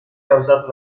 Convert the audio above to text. causato